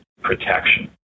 protection